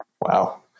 wow